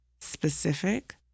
specific